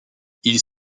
ils